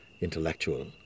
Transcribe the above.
intellectual